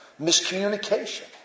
miscommunication